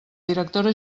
directora